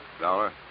Dollar